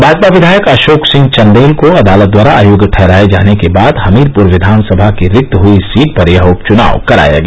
भाजपा विवायक अशोक सिंह चन्देल को अदालत द्वारा आयोग्य ठहराये जाने के बाद हमीरपुर विधान सभा की रिक्त हुई इस सीट पर यह उपचुनाव कराया गया